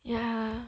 yeah